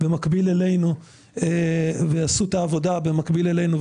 במקביל אלינו ועשו את העבודה במקביל אלינו,